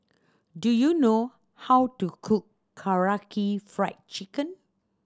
do you know how to cook Karaage Fried Chicken